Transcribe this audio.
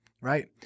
right